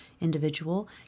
individual